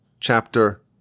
Chapter